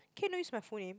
can you not use my phone in